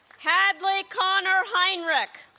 hadley conner heinrich